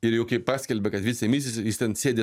ir jau kai paskelbė kad vice misis jis ten sėdi